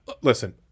listen